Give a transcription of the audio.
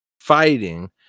Fighting